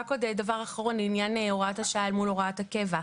רק עוד דבר אחרון לעניין הוראת השעה אל מול הוראת הקבע.